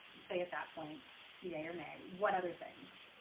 say at that point yay or nay one other things?